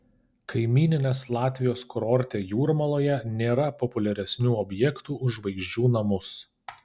kaimyninės latvijos kurorte jūrmaloje nėra populiaresnių objektų už žvaigždžių namus